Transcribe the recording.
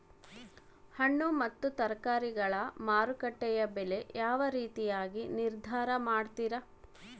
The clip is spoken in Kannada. ಹಣ್ಣು ಮತ್ತು ತರಕಾರಿಗಳ ಮಾರುಕಟ್ಟೆಯ ಬೆಲೆ ಯಾವ ರೇತಿಯಾಗಿ ನಿರ್ಧಾರ ಮಾಡ್ತಿರಾ?